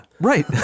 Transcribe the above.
Right